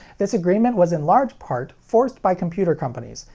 this agreement was in large part forced by computer companies,